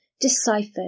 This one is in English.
deciphered